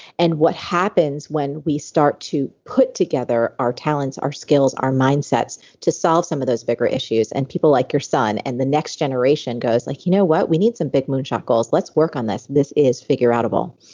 and what happens when we start to put together our talents, our skills, our mindsets to solve some of those bigger issues. and people like your son and the next generation goes, like you know what? we need some big moonshot goals. let's work on this. this is figureoutable.